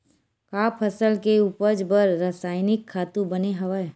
का फसल के उपज बर रासायनिक खातु बने हवय?